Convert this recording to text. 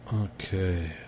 Okay